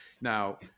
now